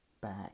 back